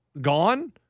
gone